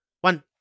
one